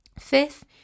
Fifth